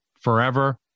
forever